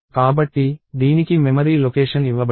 కాబట్టి దీనికి memory location ఇవ్వబడింది